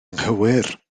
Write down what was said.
anghywir